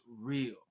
real